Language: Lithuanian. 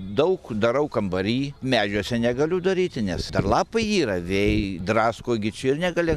daug darau kambary medžiuose negaliu daryti nes dar lapai yra vėjai drasko gi čia ir negali